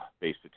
based